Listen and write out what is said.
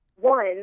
One